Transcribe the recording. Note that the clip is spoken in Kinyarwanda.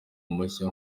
mushya